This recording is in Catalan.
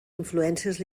influències